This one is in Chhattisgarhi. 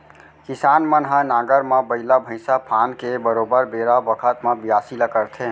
किसान मन ह नांगर म बइला भईंसा फांद के बरोबर बेरा बखत म बियासी ल करथे